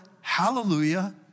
hallelujah